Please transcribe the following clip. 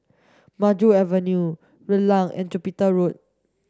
Maju Avenue Rulang and Jupiter Road